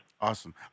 Awesome